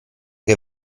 che